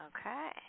Okay